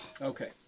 Okay